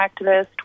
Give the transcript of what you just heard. activist